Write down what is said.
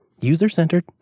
user-centered